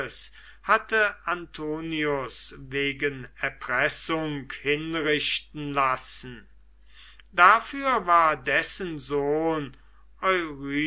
hatte antonius wegen erpressung hinrichten lassen dafür war dessen sohn